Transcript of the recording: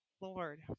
Lord